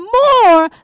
more